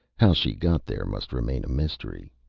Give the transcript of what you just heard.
how she got there must remain a mystery.